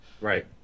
Right